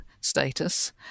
status